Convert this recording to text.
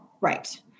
right